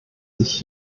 sich